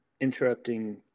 interrupting